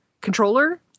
controller